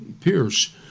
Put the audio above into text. Pierce